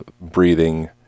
breathing